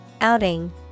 Outing